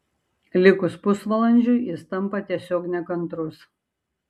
likus pusvalandžiui jis tampa tiesiog nekantrus